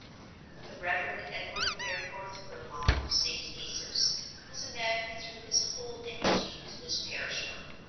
the reverend edward fareforth furlong of st. asaph's was a man who threw his whole energy into his parish work.